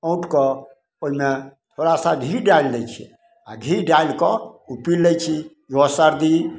औँटिकऽ ओहिमे थोड़ा सा घी डालि दै छिए आओर घी डालिके आ ओ पी लै छी ओहो सरदी